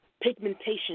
pigmentation